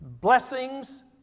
Blessings